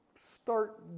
start